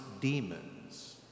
demons